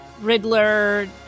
Riddler